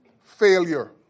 Failure